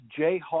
Jayhawk